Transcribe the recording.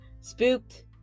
spooked